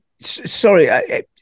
Sorry